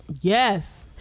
Yes